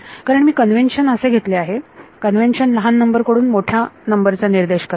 कारण मी कन्वेंशन असे घेतले आहे कन्व्हेन्शन लहान नंबर कडून मोठ्या नंबर चा निर्देश करते